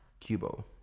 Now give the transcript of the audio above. cubo